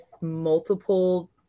multiple